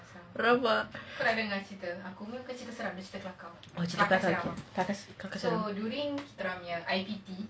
rabak cerita kelakar kelakar kelakar seram